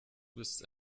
bist